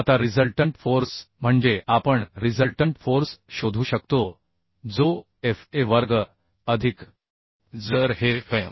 आता resultant force म्हणजे आपण रिझल्टंट फोर्स शोधू शकतो जो Fa वर्ग अधिक जर हेFm